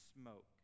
smoke